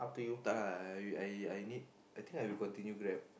tak lah I I need I think I will continue Grab